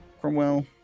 Cromwell